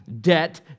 debt